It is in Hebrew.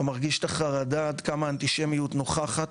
אתה מרגיש עד כמה האנטישמיות נוכחת,